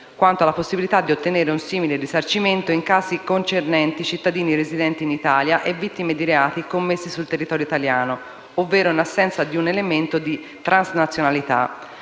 quanto alla possibilità di ottenere un simile risarcimento in casi concernenti cittadini residenti in Italia e vittime di reati commessi sul territorio italiano, ovvero in assenza di un elemento di transnazionalità.